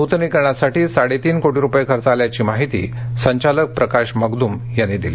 न्तनीकरणासाठी साडेतीन कोटी रूपये खर्च आल्याची माहिती संचालक प्रकाश मगदूम यांनी दिली